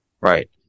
Right